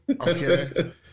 Okay